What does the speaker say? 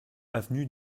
avenue